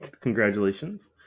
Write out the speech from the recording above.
Congratulations